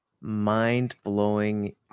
mind-blowing